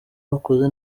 bakoze